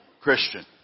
Christian